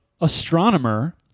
astronomer